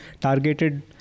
targeted